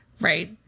Right